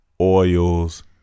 oils